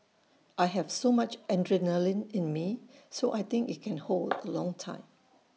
I have so much adrenaline in me so I think IT can hold A long time